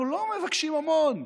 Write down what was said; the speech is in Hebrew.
אנחנו לא מבקשים המון.